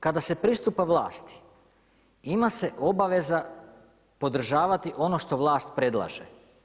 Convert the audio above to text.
Kada se pristupa vlasti ima se obaveza podržavati ono što vlast predlaže.